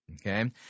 okay